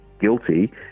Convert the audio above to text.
guilty